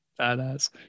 Badass